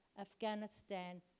Afghanistan